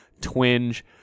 twinge